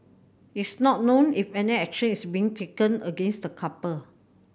it's not known if any action is being taken against the couple